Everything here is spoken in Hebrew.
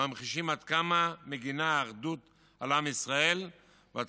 ממחישים עד כמה מגינה האחדות על עם ישראל ועד